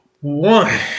One